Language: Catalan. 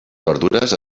verdures